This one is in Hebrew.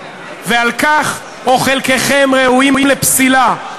ועל כך חלקכם ראויים לפסילה,